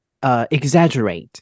exaggerate 、